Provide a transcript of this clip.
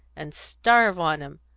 and starve on em,